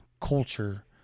culture